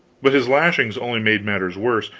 but his lashings only made matters worse,